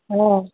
हँ